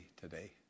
today